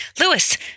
Lewis